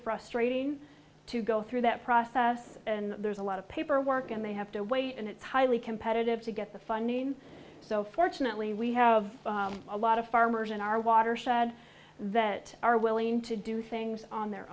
frustrating to go through that process and there's a lot of paperwork and they have to wait and it's highly competitive to get the funding so fortunately we have a lot of farmers in our watershed that are willing to do things on their